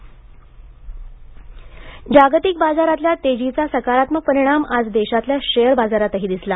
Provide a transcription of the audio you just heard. share जागतिक बाजारातल्या तेजीचा सकारात्मक परिणाम आज देशातल्या शेअर बाजारातही दिसला